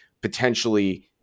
potentially